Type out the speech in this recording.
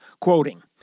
quoting